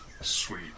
Sweet